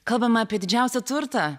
kalbame apie didžiausią turtą